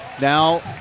Now